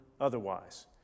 otherwise